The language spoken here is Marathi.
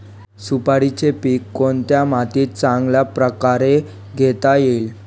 सुपारीचे पीक कोणत्या मातीत चांगल्या प्रकारे घेता येईल?